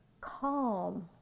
calm